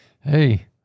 Hey